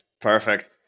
perfect